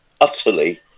utterly